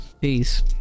Peace